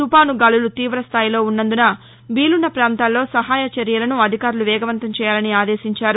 తుపాను గాలులు తీవస్థాయిలో ఉన్నందున వీలున్న ప్రాంతాలలో సహాయ చర్యలను అధికారులు వేగవంతం చేయాలని ఆదేశించారు